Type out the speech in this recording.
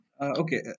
Okay